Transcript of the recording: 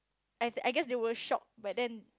I I guess they were shocked but then